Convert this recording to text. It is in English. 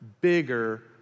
bigger